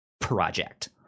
Project